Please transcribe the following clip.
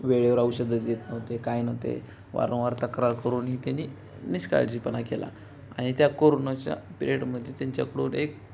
वेळेवर औषधं देत नव्हते काय नव्हते वारंवार तक्रार करूनही त्यांनी निष्काळजीपणा केला आणि त्या कोरोनाच्या पिरेडमध्ये त्यांच्याकडून एक